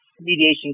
mediation